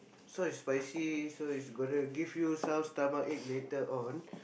sauce is spicy so it's gonna give you some stomachache later on